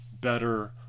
better